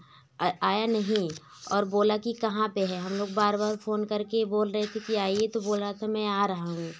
और आया नहीं और बोला की कहाँ पर है हम लोग बार बार फोन करके बोल रहे थे कि आईए तो बोल रहा था कि मैं आ रहा हूँ